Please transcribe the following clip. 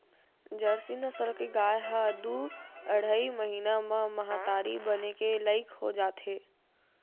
Jersey नसल के गाय ह दू अड़हई महिना म महतारी बने के लइक हो जाथे